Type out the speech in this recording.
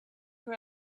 her